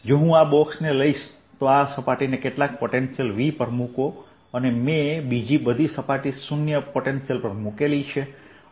જો હું આ બોક્સને લઈશ તો આ સપાટીને કેટલાક પોટેન્શિયલ V પર મૂકો અને મેં બીજી બધી સપાટી 0 પોટેન્શિયલ પર મૂકી છે